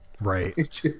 right